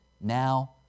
now